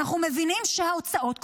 כשאנחנו מבינים שההוצאות,